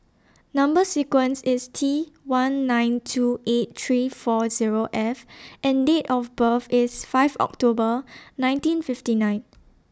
Number sequence IS T one nine two eight three four Zero F and Date of birth IS five October nineteen fifty nine